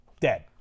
dead